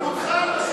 גם אותך לא שמענו.